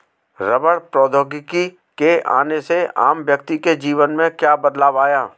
रबड़ प्रौद्योगिकी के आने से आम व्यक्ति के जीवन में क्या बदलाव आया?